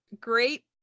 great